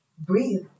breathe